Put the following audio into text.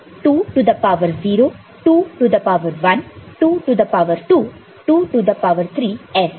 2 to the power 0 2 to the power 1 2 to the power 2 2 to the power 3 ऐसे